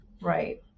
Right